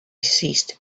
ceased